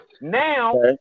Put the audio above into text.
Now